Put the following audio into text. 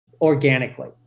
organically